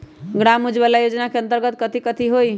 ग्राम उजाला योजना के अंतर्गत कथी कथी होई?